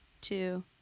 two